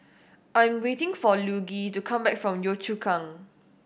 I'm waiting for Luigi to come back from Yio Chu Kang